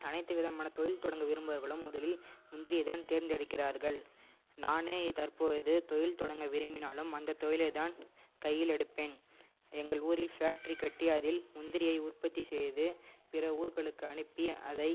அனைத்து விதமான தொழில் தொடங்க விரும்புபவர்களும் முதலில் முந்திரியைதான் தேர்ந்தெடுக்கிறார்கள் நானே தற்பொழுது தொழில் தொடங்க விரும்பினாலும் அந்த தொழிலைதான் கையில் எடுப்பேன் எங்கள் ஊரில் ஃபேக்ட்ரி கட்டி அதில் முந்திரியை உற்பத்தி செய்து பிற ஊர்களுக்கு அனுப்பி அதை